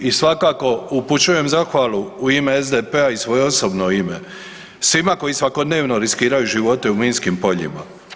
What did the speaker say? I svakako upućujem zahvalu u ime SDP-a i svoje osobno ime svima koji svakodnevno riskiraju živote u minskim poljima.